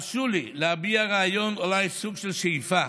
הרשו לי להביע רעיון, אולי סוג של שאיפה,